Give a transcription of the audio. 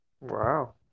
Wow